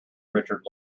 richard